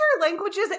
languages